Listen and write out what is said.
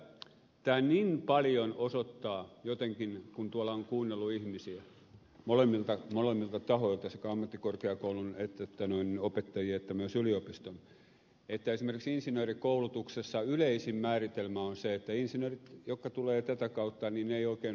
tämä niin paljon osoittaa jotenkin kun tuolla on kuunnellut ihmisiä molemmilta tahoilta sekä ammattikorkeakoulun että opettajien että myös yliopiston että esimerkiksi insinöörikoulutuksessa yleisin määritelmä on se että insinöörit jotka tulevat tätä kautta eivät oikein osaa mitään